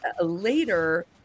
later